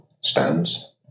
stands